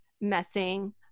messing